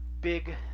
big